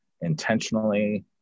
intentionally